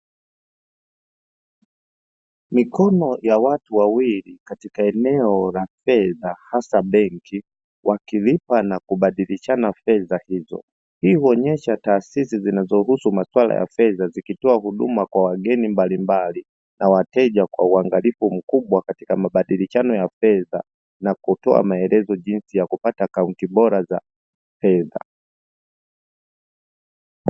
Mikono ya watu wawili katika eneo la fedha, hasa benki, wakilipa na kubadilishana fedha hizo; hii huonyesha taasisi zinazohusiana na masuala ya fedha, zikitoa huduma kwa wageni mbalimbali na wateja kwa uangalifu mkubwa, katika mabadilishano ya fedha, na kutoa maelezo jinsi ya kupata akaunti bora za fedha.